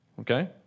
Okay